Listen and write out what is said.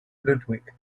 ludwig